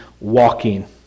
walking